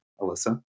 Alyssa